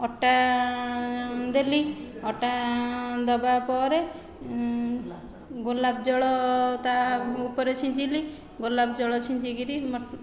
ଅଟା ଦେଲି ଅଟା ଦେବା ପରେ ଗୋଲାପ ଜଳ ତା'ଉପରେ ଛିଞ୍ଚିଲି ଗୋଲାପ ଜଳ ଛିଞ୍ଚି କରି ମଟନ